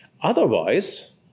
Otherwise